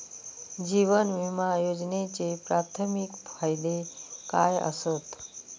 जीवन विमा योजनेचे प्राथमिक फायदे काय आसत?